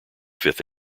fifth